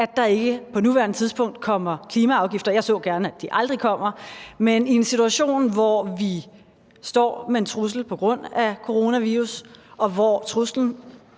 at der ikke på nuværende tidspunkt kommer klimaafgifter. Jeg så gerne, at de aldrig kom. Men i en situation, hvor vi står med en trussel på grund af coronavirus, og hvor truslen